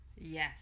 Yes